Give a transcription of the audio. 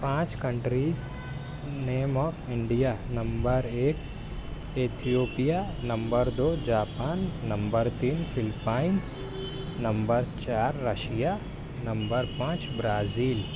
پانچ countries name of India نمبر ایک ایتھیوپیا نمبر دو جاپان نمبر تین فلپائنس نمبر چار رشیا نمبر پانچ برازیل